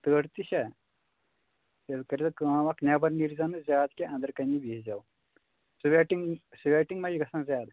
تۭر تہِ چھا تیٚلہِ کٔرۍ زیو کٲم اکھ نٮ۪بر نیٖرزیو نہٕ زیادٕ کینٛہ انٛدر کَنے بہزیو سویٹِنٛگ سویٹِنٛگ ما چھِ گژھان زیادٕ